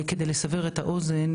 כדי לסבר את האוזן,